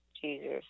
Jesus